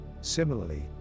Similarly